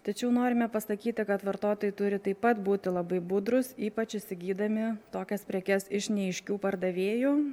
tačiau norime pasakyti kad vartotojai turi taip pat būti labai budrūs ypač įsigydami tokias prekes iš neaiškių pardavėjų